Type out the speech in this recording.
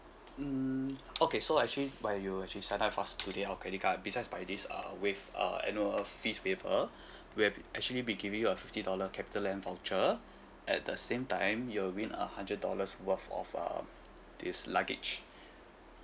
mm okay so actually by you actually signed up fast today our credit card besides by this uh waived uh annual fee waiver we have actually be giving you a fifty dollar capitaland voucher at the same time you will win a hundred dollars worth of uh this luggage